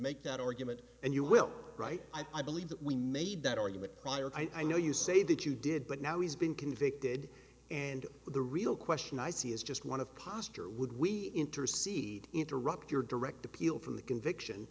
make that argument and you will right i believe that we made that argument prior i know you say that you did but now he's been convicted and the real question i see is just one of posture would we intercede interrupt your direct appeal from the conviction